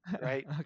right